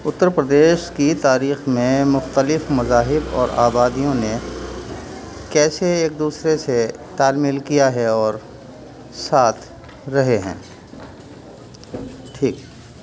اتر پردیش کی تاریخ میں مختلف مذاہب اور آبادیوں نے کیسے ایک دوسرے سے تال میل کیا ہے اور ساتھ رہے ہیں ٹھیک